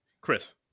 Chris